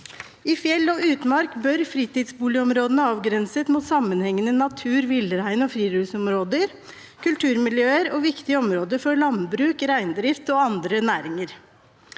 I fjell og utmark bør fritidsboligområdene avgrenses mot sammenhengende natur-, villrein- og friluftsområder, kulturmiljøer og viktige områder for landbruk, reindrift og andre næringer.